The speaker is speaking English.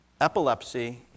epilepsy